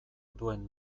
duen